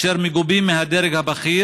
אשר מגובים על ידי הדרג הבכיר,